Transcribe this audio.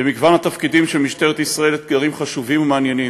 במגוון התפקידים של משטרת ישראל אתגרים חשובים ומעניינים,